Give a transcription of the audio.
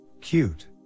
Cute